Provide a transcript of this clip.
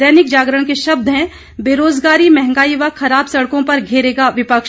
दैनिक जागरण के शब्द हैं बेरोजगारी महंगाई व खराब सड़कों पर घेरेगा विपक्ष